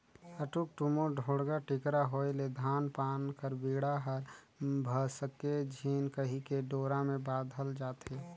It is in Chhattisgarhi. उटुक टुमुर, ढोड़गा टिकरा होए ले धान पान कर बीड़ा हर भसके झिन कहिके डोरा मे बाधल जाथे